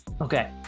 Okay